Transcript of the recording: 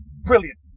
Brilliant